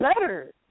better